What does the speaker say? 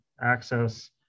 access